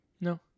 No